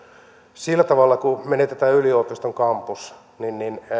sillä tavalla kun menetetään yliopiston kampus